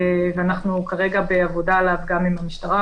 ואנחנו כרגע בעבודה עליו גם עם המשטרה,